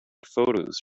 photos